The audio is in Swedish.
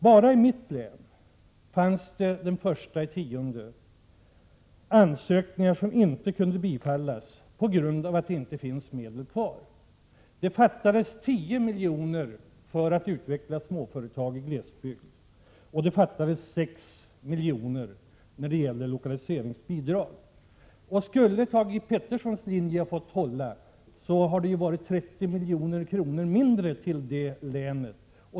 Bara i mitt län fanns det den 1 april ansökningar som inte kunde bifallas på grund av att det inte fanns medel kvar. Det fattades 10 milj.kr. för att utveckla bl.a. småföretag i glesbygd och 6 milj.kr. till lokaliseringsbidrag. Hade Thage G Peterson fått råda, hade länsanslaget till länet varit 30 milj.kr. lägre.